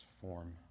form